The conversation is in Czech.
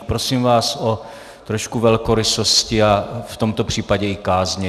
Prosím vás o trošku velkorysosti a v tomto případě i kázně.